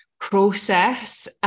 process